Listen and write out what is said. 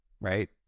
right